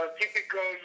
typical